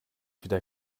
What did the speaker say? wieder